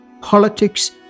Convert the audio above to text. politics